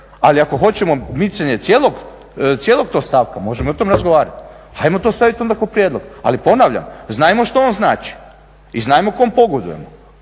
Ali ako hoćemo micanje cijelog tog stavka možemo i o tome razgovarati, ajmo to staviti onda kao prijedlog. Ali ponavljam, znajmo što on znači i znajmo kome pogodujemo,